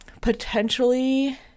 Potentially